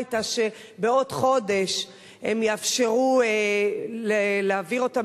היתה שבעוד חודש הם יאפשרו להעביר אותן